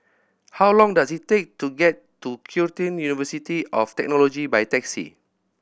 how long does it take to get to Curtin University of Technology by taxi